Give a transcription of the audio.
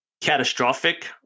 catastrophic